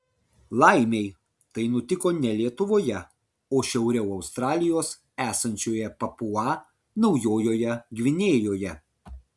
laimei tai nutiko ne lietuvoje o šiauriau australijos esančioje papua naujojoje gvinėjoje